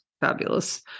Fabulous